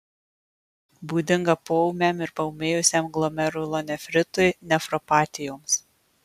būdinga poūmiam ir paūmėjusiam glomerulonefritui nefropatijoms